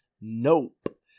Nope